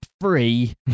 free